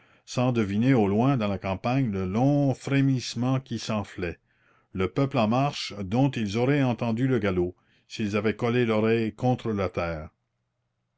sans deviner au loin dans la campagne le long frémissement qui s'enflait le peuple en marche dont ils auraient entendu le galop s'ils avaient collé l'oreille contre la terre